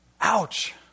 Ouch